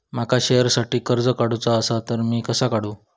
माका शेअरसाठी कर्ज काढूचा असा ता मी कसा काढू?